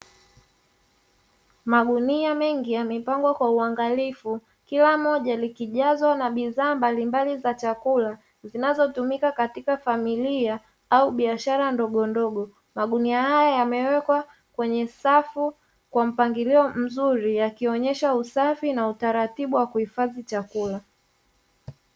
Magunia mengi yamepangwa kwa uangalifu, kila moja likijazwa na bidhaa mbalimbali za chakula zinazotumika katika familia au biashara ndogondogo. Magunia haya yamewekwa kwenye safu kwa mpangilio mzuri, yakionyesha usafi na utaratibu wa kuhifadhi chakula.